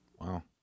wow